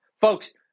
Folks